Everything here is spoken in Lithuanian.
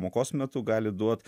pamokos metu gali duot